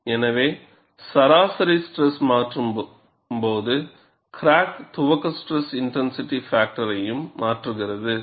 எனவே சராசரி ஸ்ட்ரெஸ் மாற்றும்போது கிராக் துவக்க ஸ்ட்ரெஸ் இன்டென்சிட்டி பாக்டர்யும் மாறுகிறது